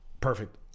perfect